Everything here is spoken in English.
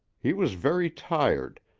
he was very tired,